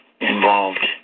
involved